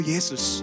Jesus